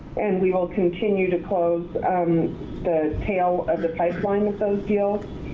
and we will continue to close the tail of the pipeline with those deals.